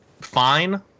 fine